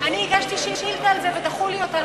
אני הגשתי שאילתה על זה ודחו לי אותה,